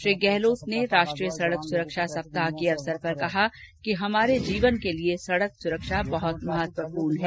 श्री गहलोत ने राष्ट्रीय सड़क सुरक्षा सप्ताह के अवसर पर कहा कि हमारे जीवन के लिए सड़क सुरक्षा बहुत महत्वपूर्ण है